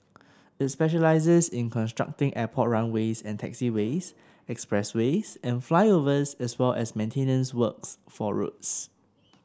it specialises in constructing airport runways and taxiways expressways and flyovers as well as maintenance works for roads